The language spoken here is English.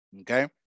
okay